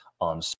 on